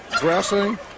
dressing